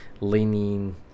leaning